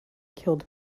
killed